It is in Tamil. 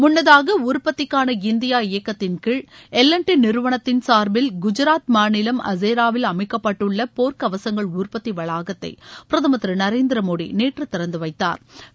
முன்னதாக உற்பத்திக்கான இந்தியா இயக்கத்தின் கீழ் எல் என் டி நிறுவனத்தின் சாா்பில் குஜராத் மாநிலம் ஹசேராவில் அமைக்கப்பட்டுள்ள போா்க் கவசங்கள் உற்பத்தி வளாகத்தை பிரதமா் திரு நரேந்திரமோடி நேற்று திறந்து வைத்தாா்